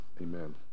Amen